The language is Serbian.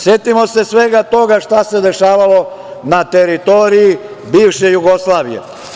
Setimo se svega toga šta se dešavalo na teritoriji bivše Jugoslavije.